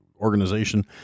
organization